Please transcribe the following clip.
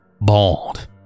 bald